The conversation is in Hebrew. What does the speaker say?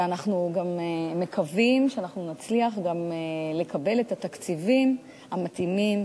ואנחנו גם מקווים שנצליח גם לקבל את התקציבים המתאימים.